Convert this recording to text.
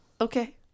Okay